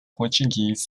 portuguese